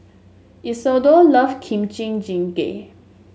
Isidor love Kimchi Jjigae